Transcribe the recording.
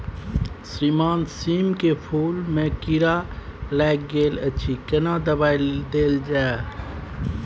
श्रीमान सीम के फूल में कीरा लाईग गेल अछि केना दवाई देल जाय?